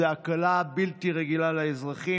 זאת הקלה בלתי רגילה לאזרחים.